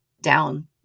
down